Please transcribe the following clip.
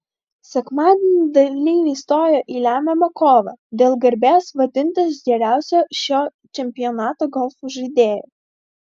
sekmadienį dalyviai stojo į lemiamą kovą dėl garbės vadintis geriausiu šio čempionato golfo žaidėju